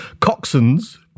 Coxon's